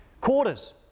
Quarters